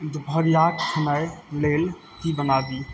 दुपहरिआक खेनाइ लेल की बनाबी